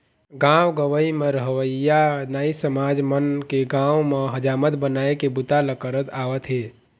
गाँव गंवई म रहवइया नाई समाज मन के गाँव म हजामत बनाए के बूता ल करत आवत हे